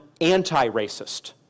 anti-racist